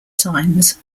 times